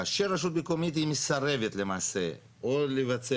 כאשר רשות מקומית היא מסרבת למעשה או לבצע